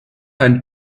ein